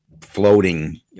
floating